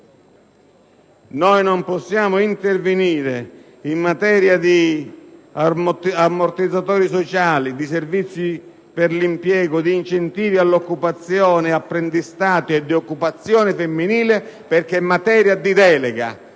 anni non possiamo intervenire in materia di ammortizzatori sociali, di servizi per l'impiego, di incentivi all'occupazione e apprendistato e di occupazione femminile, perché è materia di delega.